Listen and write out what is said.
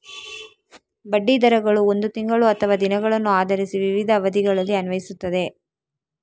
ಬಡ್ಡಿ ದರಗಳು ಒಂದು ತಿಂಗಳು ಅಥವಾ ದಿನಗಳನ್ನು ಆಧರಿಸಿ ವಿವಿಧ ಅವಧಿಗಳಲ್ಲಿ ಅನ್ವಯಿಸುತ್ತವೆ